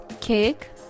cake